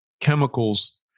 chemicals